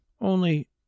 Only